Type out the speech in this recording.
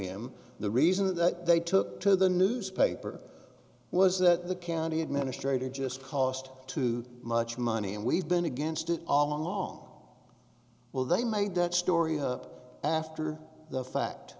him the reason that they took to the newspaper was that the county administrator just cost too much money and we've been against it all along well they made that story up after the fact